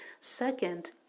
Second